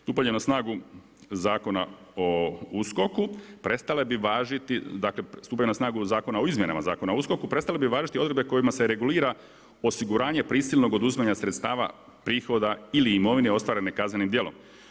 Stupanjem na snagu Zakona o USKOK-u prestale bi važiti, dakle stupanja na snagu Zakona o izmjenama Zakona o USKOK-u prestale bi važiti odredbe kojima se regulira osiguranje prisilnog oduzimanja sredstava prihoda ili imovine ostvarene kaznenim djelom.